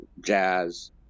jazz